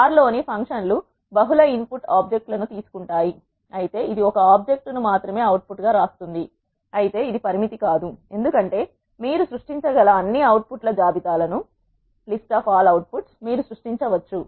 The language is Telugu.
ఆర్ R లోని ఫంక్షన్ లు బహుళ ఇన్ పుట్ ఆబ్జెక్ట్ లను తీసుకుంటాయి అయితే ఇది ఒక ఆబ్జెక్ట్ ను మాత్రమే అవుట్పుట్ గా వ్రాస్తుంది అయితే ఇది పరిమితి కాదు ఎందుకంటే మీరు సృష్టించగల అన్ని అవుట్ పుట్ల జాబితా లను మీరు సృష్టించవచ్చు